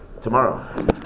Tomorrow